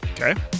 Okay